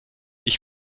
ich